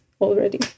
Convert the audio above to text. already